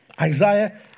Isaiah